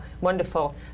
wonderful